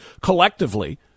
collectively